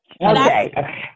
Okay